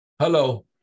Hello